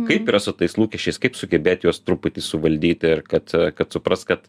kaip yra su tais lūkesčiais kaip sugebėt juos truputį suvaldyti ir kad kad supras kad